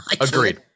Agreed